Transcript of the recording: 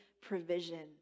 provision